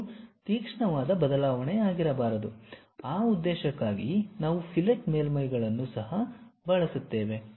ಇದು ತೀಕ್ಷ್ಣವಾದ ಬದಲಾವಣೆಯಾಗಿರಬಾರದು ಆ ಉದ್ದೇಶಕ್ಕಾಗಿ ನಾವು ಫಿಲೆಟ್ ಮೇಲ್ಮೈಗಳನ್ನು ಸಹ ಬಳಸುತ್ತೇವೆ